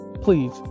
Please